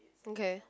okay